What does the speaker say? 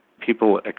people